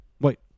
Wait